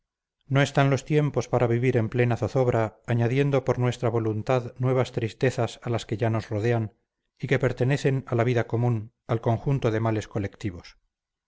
no están los tiempos para vivir en plena zozobra añadiendo por nuestra voluntad nuevas tristezas a las que ya nos rodean y que pertenecen a la vida común al conjunto de males colectivos